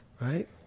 Right